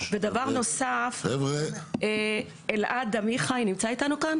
ודבר נוסף, אלעד עמיחי נמצא איתנו כאן?